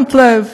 שמתְ לב,